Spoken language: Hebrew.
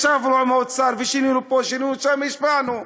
ישבנו עם האוצר ושינינו פה, שינינו שם, השפענו.